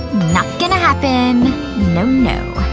not gonna happen no no